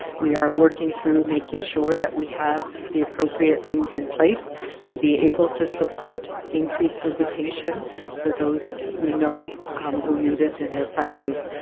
we are working through making sure that we have the appropriate things in place to be able to support increased visitation for those that we know who need it and their families.